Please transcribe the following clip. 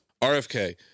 RFK